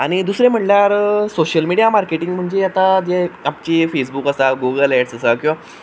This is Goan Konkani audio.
आनी दुसरें म्हणल्यार सोशियल मिडिया मार्केटिंग म्हणचे आतां जे आमची फेसबूक आसा गुगल एप्स आसा किंवां